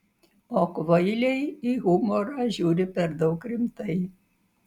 o kvailiai į humorą žiūri per daug rimtai